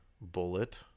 bullet